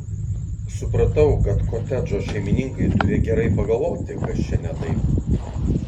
supratau kad kotedžo šeimininkai turi gerai pagalvoti kas čia ne taip